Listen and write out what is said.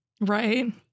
Right